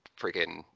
freaking